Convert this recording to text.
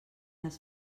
les